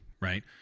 right